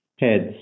heads